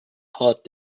hard